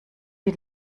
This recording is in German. die